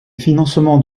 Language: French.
financement